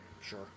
Sure